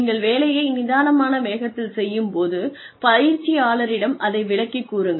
நீங்கள் வேலையை நிதானமான வேகத்தில் செய்யும் போது பயிற்சியாளரிடம் அதை விளக்கிக் கூறுங்கள்